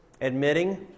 Admitting